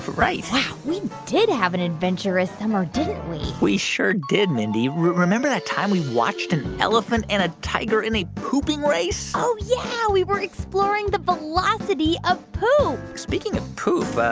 right wow, we did have an adventurous summer, didn't we? we sure did, mindy. remember that time we watched an elephant and a tiger in a pooping race? oh, yeah. we were exploring the velocity of poop speaking of poop,